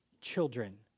Children